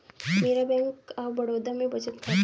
मेरा bank of Baroda में बचत खाता है